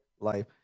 life